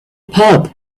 pub